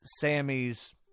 Sammy's